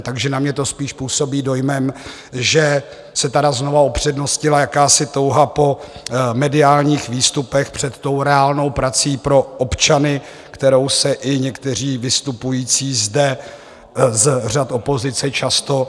Takže na mě to spíš působí dojmem, že se tady znovu upřednostnila jakási touha po mediálních výstupech před tou reálnou prací pro občany, kterou se i někteří vystupující zde z řad opozice často zaklínají.